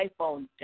iPhone